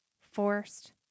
forced